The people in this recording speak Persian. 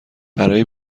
برای